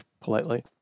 politely